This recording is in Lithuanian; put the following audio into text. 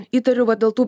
įtariu va dėl tų